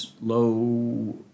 low